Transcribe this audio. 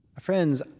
Friends